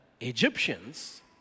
Egyptians